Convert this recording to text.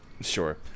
Sure